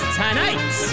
tonight